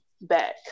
back